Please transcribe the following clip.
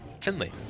Finley